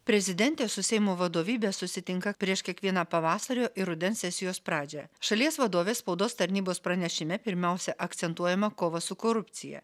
prezidentė su seimo vadovybe susitinka prieš kiekvieną pavasario ir rudens sesijos pradžią šalies vadovės spaudos tarnybos pranešime pirmiausia akcentuojama kova su korupcija